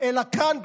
אלא כאן,